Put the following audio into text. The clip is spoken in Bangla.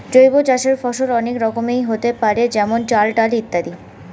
জৈব চাষের ফসল অনেক রকমেরই হতে পারে যেমন চাল, ডাল ইত্যাদি